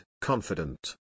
confident